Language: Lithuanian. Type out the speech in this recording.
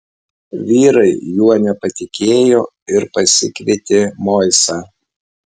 vyrai juo nepatikėjo ir pasikvietė moisą